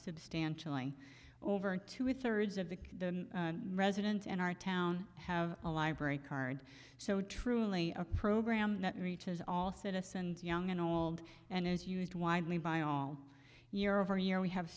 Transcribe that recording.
substantially over two thirds of the resident in our town have a library card so truly a program that reaches all citizens young and old and is used widely by all year over year we have